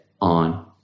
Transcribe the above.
on